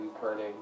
burning